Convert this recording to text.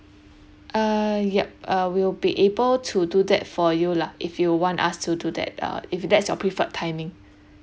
uh yup uh we'll be able to do that for you lah if you want us to do that uh if that's your preferred timing